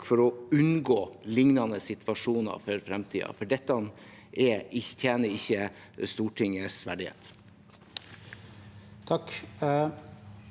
for å unngå lignende situasjoner for fremtiden, for dette tjener ikke Stortingets verdighet.